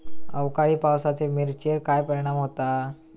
अवकाळी पावसाचे मिरचेर काय परिणाम होता?